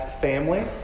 family